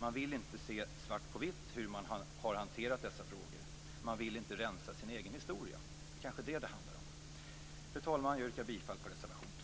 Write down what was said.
Man vill inte ha svart på vitt hur frågorna har hanterats - man vill inte rensa sin egen historia. Det kanske är detta det handlar om. Fru talman! Jag yrkar bifall till reservation 2.